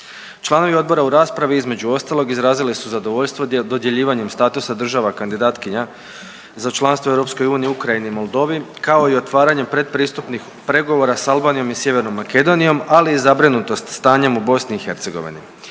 Članovi odbora u raspravi između ostalog izrazili su zadovoljstvo dodjeljivanjem statusa država kandidatkinja za članstvo u EU Ukrajini i Moldoviji, kao i otvaranjem pretpristupnih pregovora s Albanijom i Sjevernom Makedonijom, ali i zbrinutost stanjem u BiH.